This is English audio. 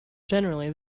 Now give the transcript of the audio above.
generally